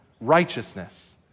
righteousness